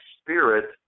spirit